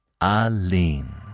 Aline